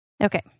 Okay